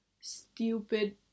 stupid